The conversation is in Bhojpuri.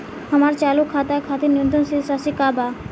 हमार चालू खाता के खातिर न्यूनतम शेष राशि का बा?